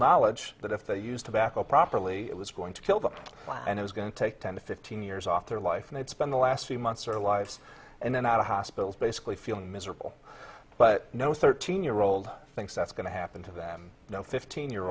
knowledge that if they use tobacco properly it was going to kill them and it was going to take ten to fifteen years off their life and it's been the last few months or lives and then out of hospitals basically feeling miserable but no thirteen year old thinks that's going to happen to them you know fifteen year